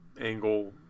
angle